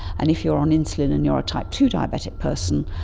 and if you are on insulin and you are type two diabetic person,